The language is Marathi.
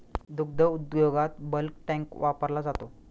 दुग्ध उद्योगात बल्क टँक वापरला जातो